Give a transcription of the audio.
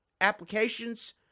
applications